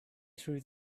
through